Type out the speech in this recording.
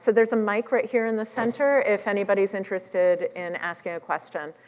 so there's a mic right here in the center, if anybody's interested in asking a question,